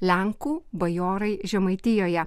lenkų bajorai žemaitijoje